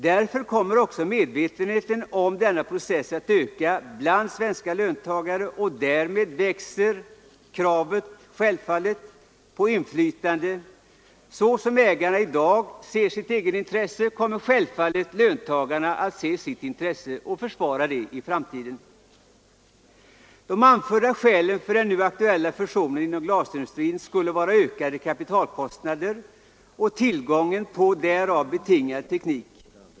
Därför kommer också medvetenheten om denna process att öka bland svenska löntagare, och därmed växer självfallet kravet på inflytande. Så som ägare i dag ser sitt egetintresse kommer löntagarna att se sitt intresse och försvara det i framtiden. De anförda skälen för den nu aktuella fusionen inom glasindustrin skulle vara ökade kapitalkostnader och tillgången på därav betingad teknik.